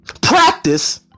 practice